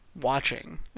watching